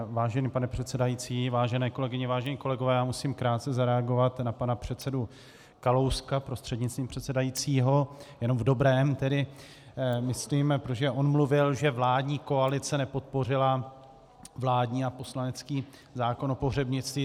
Vážený pane předsedající, vážené kolegyně, vážení kolegové, já musím krátce zareagovat na pana předsedu Kalouska prostřednictvím předsedajícího, jenom v dobrém tedy myslím, protože on mluvil, že vládní koalice nepodpořila vládní a poslanecký zákon o pohřebnictví.